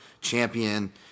champion